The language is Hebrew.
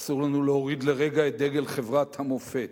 ואסור לנו להוריד לרגע את דגל חברת המופת.